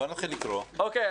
אוקיי,